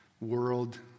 world